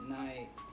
night